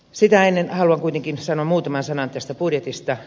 sitä ennen haluan kuitenkin sanoa muutaman sanan tästä budjetista